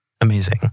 Amazing